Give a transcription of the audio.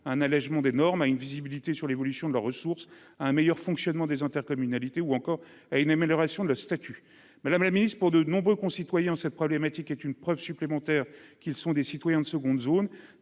un allégement des normes à une visibilité sur l'évolution de la ressource, un meilleur fonctionnement des intercommunalités, ou encore à une amélioration de leur statut, Madame la Ministre, pour de nombreux concitoyens cette problématique est une preuve supplémentaire qu'ils sont des citoyens de seconde zone,